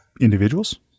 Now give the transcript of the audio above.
individuals